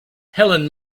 helen